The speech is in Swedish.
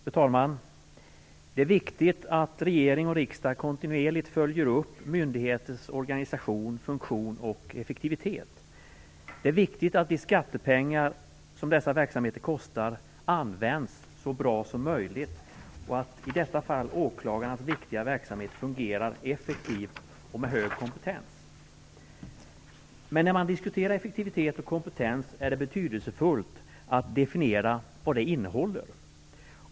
Fru talman! Det är viktigt att regering och riksdag kontinuerligt följer upp myndighetens organisation, funktion och effektivitet. Det är viktigt att de skattepengar som dessa verksamheter kostar används så bra som möjligt och att i detta fall åklagarnas viktiga verksamhet fungerar effektivt och med hög kompetens. När man diskuterar effektivitet och kompetens är det betydelsefullt att definiera innehållet.